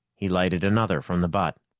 he lighted another from the butt.